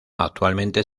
actualmente